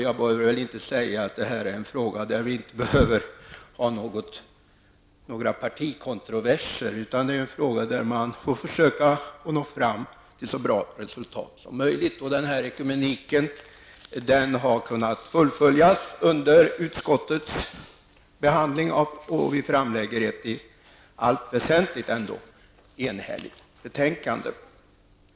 Jag behöver väl inte säga att det här är en fråga där vi inte har några partikontroverser. Det är en fråga där man får försöka nå fram till så bra resultat som möjligt. Den här ekumeniken har kunnat fullföljas under utskottsbehandlingen, och vi framlägger ett i allt väsentligt enhälligt betänkande.